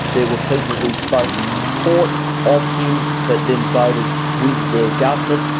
there were people who spoke in support of him, but then voted with their government,